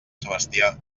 sebastià